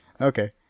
Okay